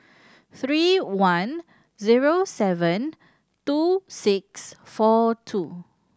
three one zero seven two six four two